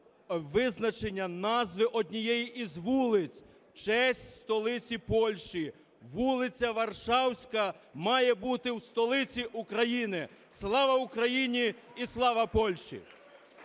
визначення назви однієї із вулиць в честь столиці Польщі. Вулиця Варшавська має бути в столиці України. Слава Україні! І слава Польщі!